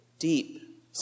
deep